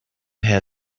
had